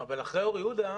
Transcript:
אבל אחרי אור יהודה,